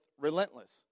Relentless